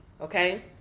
okay